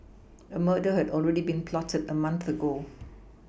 a murder had already been plotted a month ago